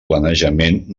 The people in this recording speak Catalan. planejament